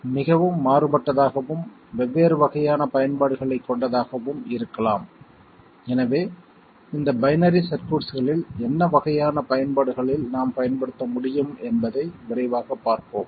அவை மிகவும் மாறுபட்டதாகவும் பல்வேறு வகையான பயன்பாடுகளைக் கொண்டதாகவும் இருக்கலாம் எனவே இந்த பைனரி சர்க்யூட்களில் என்ன வகையான பயன்பாடுகளில் நாம் பயன்படுத்த முடியும் என்பதை விரைவாகப் பார்ப்போம்